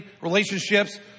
relationships